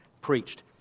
preached